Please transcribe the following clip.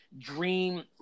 dream